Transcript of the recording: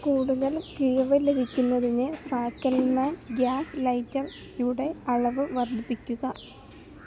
കൂടുതൽ കിഴിവ് ലഭിക്കുന്നതിന് ഫാക്കൽമാൻ ഗ്യാസ് ലൈറ്റർ യുടെ അളവ് വർദ്ധിപ്പിക്കുക